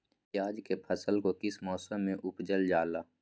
प्याज के फसल को किस मौसम में उपजल जाला?